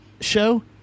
show